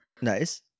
nice